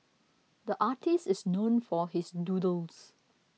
the artist is known for his doodles